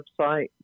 website